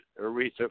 Aretha